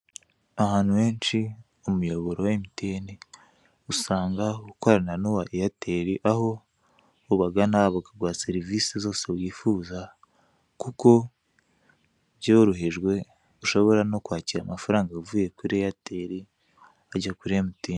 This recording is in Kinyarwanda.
Ahantu henshi umuyoboro wa MTN usanga ukorana n'uwa Airtel aho ubagana bakaguha serivise zose wifuza kuko byorohejwe ushobora ushobora no kwakira amafaranga avuye kuri Airtel avuye kuri MTN.